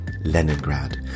Leningrad